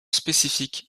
spécifique